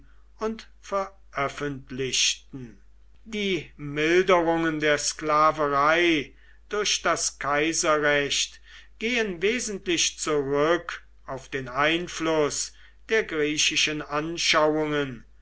und veröffentlichten die milderungen der sklaverei durch das kaiserrecht gehen wesentlich zurück auf den einfluß der griechischen anschauungen